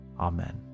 Amen